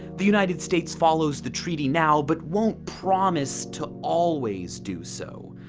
the united states follows the treaty now but won't promise to always do so.